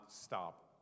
stop